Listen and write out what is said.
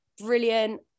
Brilliant